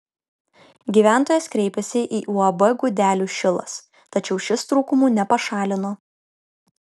gyventojas kreipėsi į uab gudelių šilas tačiau šis trūkumų nepašalino